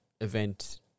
event